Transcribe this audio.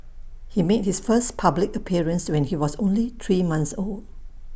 he made his first public appearance when he was only three month old